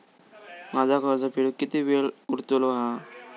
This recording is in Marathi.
माझा कर्ज फेडुक किती वेळ उरलो हा?